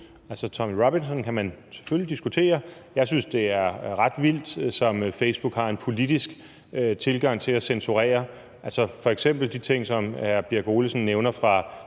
Tommy Robinson kan man selvfølgelig diskutere. Jeg synes, det er ret vildt, som Facebook har en politisk tilgang til at censurere. Hr. Ole Birk Olesen nævner f.eks.